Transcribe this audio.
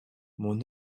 mon